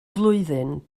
flwyddyn